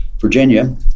Virginia